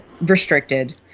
restricted